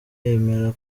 yemera